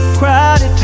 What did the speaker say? crowded